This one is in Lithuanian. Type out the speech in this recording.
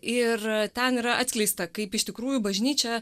ir ten yra atskleista kaip iš tikrųjų bažnyčia